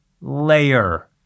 layer